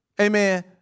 Amen